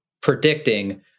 predicting